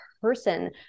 person